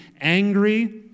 angry